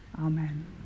amen